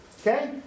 Okay